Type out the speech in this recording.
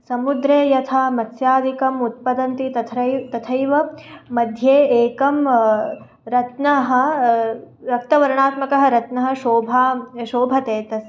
समुद्रे यथा मत्स्यादिकम् उत्पद्यन्ति तत्रैव तथैव मध्ये एकं रत्नः रक्तवर्णात्मकः रत्नः शोभा शोभते तस्